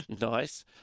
nice